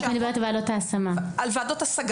להלן תרגומם: את מדברת על ועדות ההשמה.) היא